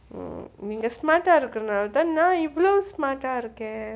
நீங்க:nenga smart ah இருக்கறதால தா நா இவ்ளோ:irukkarathaala tha naa ivlo smart ah இருக்கேன்:irukken